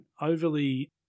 overly